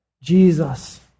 Jesus